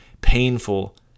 painful